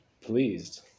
pleased